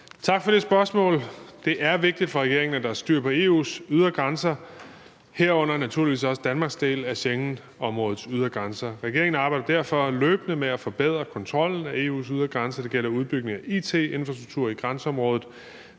Tak for det spørgsmål. Det er vigtigt for regeringen, at der er styr på EU's ydre grænser, herunder naturligvis også Danmarks del af Schengenområdets ydre grænser. Regeringen arbejder derfor løbende med at forbedre kontrollen af EU's ydre grænser, og det gælder udbygningen af it-infrastruktur i grænseområdet,